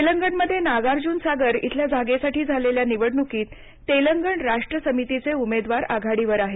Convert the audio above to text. तेलगण मध्ये नागार्जुनसागर इथल्या जागेसाठी झालेल्या निवडणुकीत तेलगण राष्ट्र समितिचे उमेदवार आघाडीवर आहेत